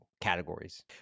categories